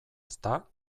ezta